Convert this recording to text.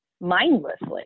mindlessly